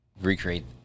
recreate